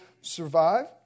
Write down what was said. survive